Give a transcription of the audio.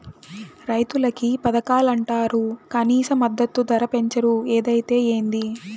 రైతులకి పథకాలంటరు కనీస మద్దతు ధర పెంచరు ఏదైతే ఏంది